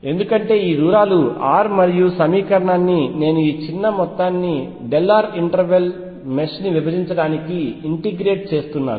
ఎందుకంటే ఈ దూరాలు r మరియు సమీకరణాన్ని నేను ఈ మొత్తాన్ని చిన్న r ఇంటర్వల్ మెష్ ని విభజించటానికి ఇంటిగ్రేట్ చేస్తున్నాను